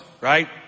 right